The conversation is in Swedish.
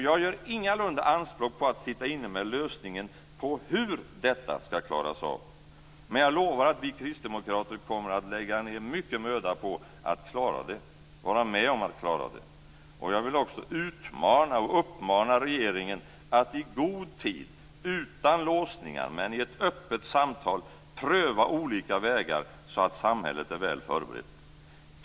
Jag gör ingalunda anspråk på att sitta inne med lösningen på hur detta ska klaras av, men jag lovar att vi kristdemokrater kommer att lägga ned mycken möda på att vara med om att klara det, och jag vill också utmana och uppmana regeringen att i god tid, utan låsningar men i ett öppet samtal pröva olika vägar, så att samhället är väl förberett.